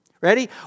ready